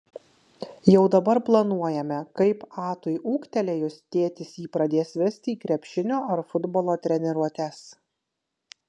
jau dabar planuojame kaip atui ūgtelėjus tėtis jį pradės vesti į krepšinio ar futbolo treniruotes